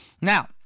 Now